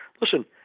Listen